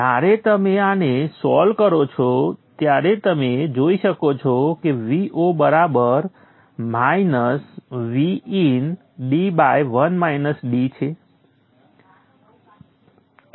જ્યારે તમે આને સોલ્વ કરો છો ત્યારે તમે જોઇ શકો છો કે Vo બરાબર માઇનસ Vin d છે